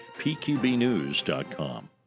pqbnews.com